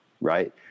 right